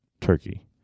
turkey